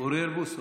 אוריאל בוסו.